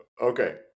Okay